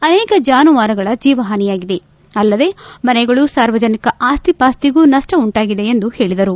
ಅನೇಕ ಜಾನುವಾರಗಳ ಜೀವಹಾನಿಯಾಗಿದೆ ಅಲ್ಲದೇ ಮನೆಗಳು ಸಾರ್ವಜನಿಕ ಆಸ್ತಿಪಾಸ್ತಿಗೂ ನಷ್ಷ ಉಂಟಾಗಿದೆ ಎಂದು ಹೇಳಿದರು